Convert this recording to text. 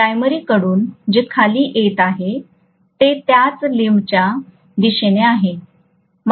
परंतु प्राइमरीकडून जे खाली येत आहे ते त्याच लिंबच्या दिशेने आहे